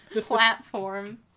platform